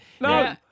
No